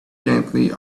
gently